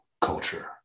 culture